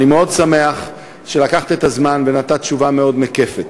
אני מאוד שמח שלקחת את הזמן ונתת תשובה מאוד מקפת.